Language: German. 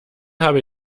habe